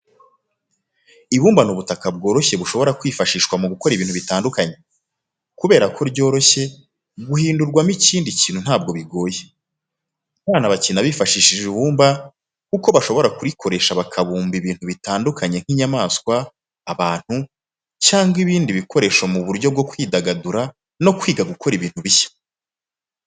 Ibumba ni ubutaka bworoshye bushobora kwifashishwa mu gukora ibintu bitandukanye, kubera ko ryoroshye guhindurwamo ikindi kintu ntabwo bigoye. Abana bakina bifashishije ibumba kuko bashobora kurikoresha bakabumba ibintu bitandukanye nk'inyamaswa, abantu, cyangwa ibindi bikoresho mu buryo bwo kwidagadura no kwiga gukora ibintu bishya.